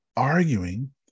Arguing